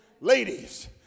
ladies